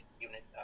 unit